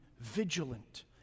vigilant